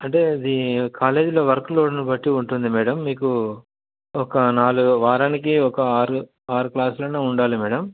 అదే అది కాలేజీలో వర్క్లోడ్ని బట్టి ఉంటుంది మేడం మీకు ఒక నాలుగు వారానికి ఒక ఆరు ఆరు క్లాస్లన్నా ఉండాలి మేడం